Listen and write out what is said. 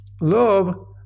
Love